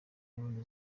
yabonye